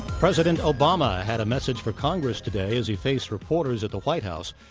president obama had a message for congress today as he faced reporters at the white house.